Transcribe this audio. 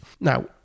Now